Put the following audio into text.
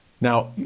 Now